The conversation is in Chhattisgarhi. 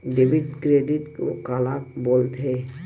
डेबिट क्रेडिट काला बोल थे?